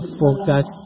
focus